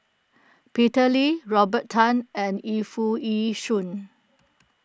Peter Lee Robert Tan and Yu Foo Yee Shoon